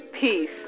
Peace